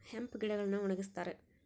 hemp ಗಿಡಗಳನ್ನು ಒಣಗಸ್ತರೆ